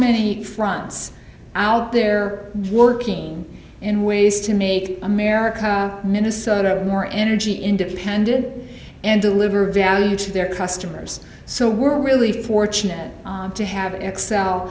many fronts out there working in ways to make america minnesota more energy independent and deliver value to their customers so we're really fortunate to have excel